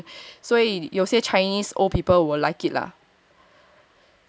所以有些 Chinese old people will like it lah